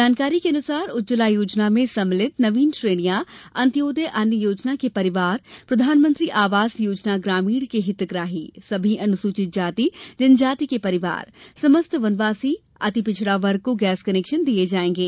जानकारी के अनुसार उज्जवला योजना में सम्मिलित नवीन श्रेणियां अन्त्योदय अन्न योजना के परिवार प्रधानमंत्री आवास योजना ग्रामीण के हितग्राही सभी अनुसूचित जाति जनजाति के परिवार समस्त वनवासी अति पिछड़ा वर्ग को गैस कनेक्शन दिए जाएंगे